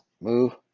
move